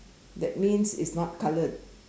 that means it's not coloured